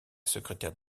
secrétaire